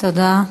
תודה.